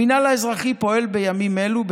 המינהל האזרחי פועל בימים אלו,